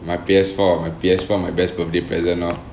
my P_S four my P_S four my best birthday present lor